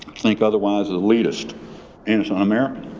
think otherwise at least and it's an american.